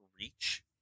reach